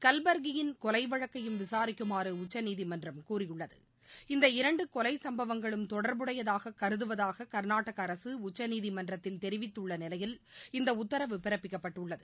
கல்பர்கியின் கொலை வழக்கையும் விசாரிக்குமாறு உச்சநீதிமன்றம் கூறியுள்ளது இந்த இரண்டு கொலை சம்பவங்களும் தொடர்புடையதாக கருதுவதாக கர்நாடக அரசு உச்சநீதிமன்றத்தில் தெரிவித்துள்ள நிலையில் இந்த உத்தரவு பிறப்பிக்கப்பட்டுள்ளது